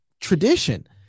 tradition